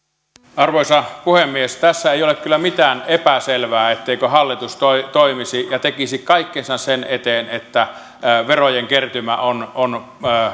arvoisa puhemies tässä ei ole kyllä mitään epäselvää etteikö hallitus toimisi ja tekisi kaikkensa sen eteen että verojen kertymä on on